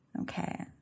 Okay